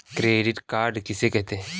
Credit card किसे कहते हैं?